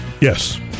Yes